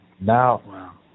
Now